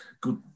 good